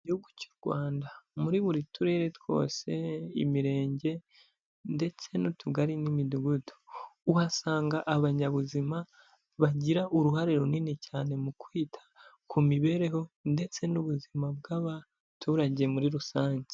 Igihugu cy'u Rwanda muri buri Turere twose, Imirenge ndetse n'Utugari n'Imidugudu uhasanga abanyabuzima bagira uruhare runini cyane mu kwita ku mibereho ndetse n'ubuzima bw'abaturage muri rusange.